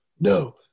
no